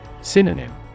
Synonym